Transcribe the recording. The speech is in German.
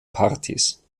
partys